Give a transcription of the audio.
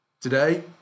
Today